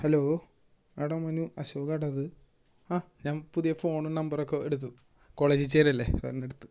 hello ആടാ മനൂ അശോകാടാ ഇത് ആ ഞാൻ പുതിയ ഫോണും നമ്പറൊക്കെ എടുത്തു കോളേജിൽ ചേരല്ലേ അതാരണം എടുത്തു